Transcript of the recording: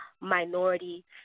minority